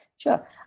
Sure